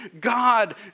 God